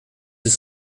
deux